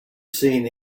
seen